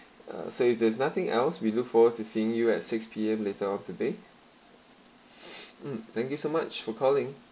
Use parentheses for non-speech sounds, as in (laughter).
uh say there's nothing else we look forward to seeing you at six P_M later on today (noise) mm thank you so much for calling